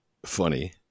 funny